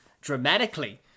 dramatically